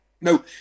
No